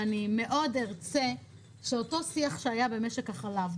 אני ארצה מאוד שאותו שיח שהיה במשק החלב,